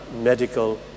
medical